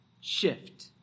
shift